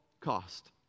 cost